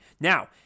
Now